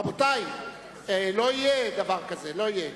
רבותי, לא יהיה דבר כזה, לא יהיה.